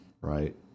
right